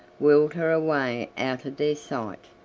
whirled her away out of their sight!